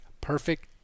Perfect